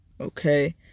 Okay